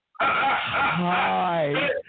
hi